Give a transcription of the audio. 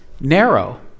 narrow